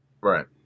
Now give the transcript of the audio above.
right